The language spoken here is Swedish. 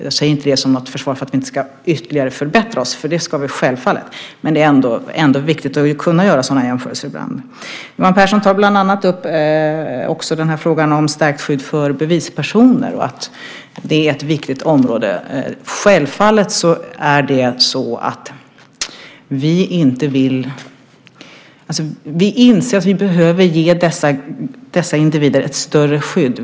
Jag säger inte detta som ett försvar för att vi inte ytterligare ska förbättra oss, för det ska vi självfallet. Det är ändå viktigt att göra sådana jämförelser ibland. Johan Pehrson tar också upp frågan om stärkt skydd för bevispersoner som ett viktigt område. Vi inser att vi behöver ge dessa individer ett större skydd.